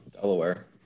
Delaware